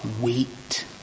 wait